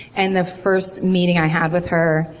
and the first meeting i had with her.